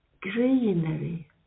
greenery